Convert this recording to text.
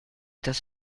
das